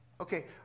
Okay